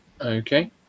Okay